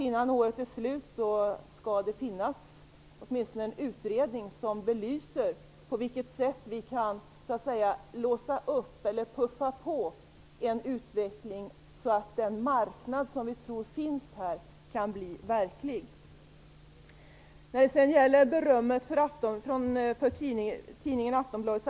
Innan året är slut skall det finnas åtminstone en utredning som belyser på vilket sätt vi kan puffa på en utveckling så att den marknad som vi tror finns här kan bli verklig. Jag får väl tacka för berömmet för artikeln i Aftonbladet.